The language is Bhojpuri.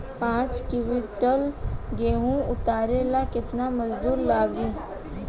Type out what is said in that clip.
पांच किविंटल गेहूं उतारे ला केतना मजदूर लागी?